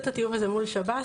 כאילו בעצם אין להן מב"ן.